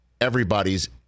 everybody's